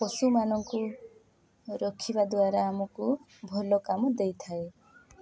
ପଶୁମାନଙ୍କୁ ରଖିବା ଦ୍ୱାରା ଆମକୁ ଭଲ କାମ ଦେଇଥାଏ